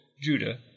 Judah